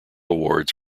awards